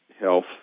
health